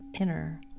inner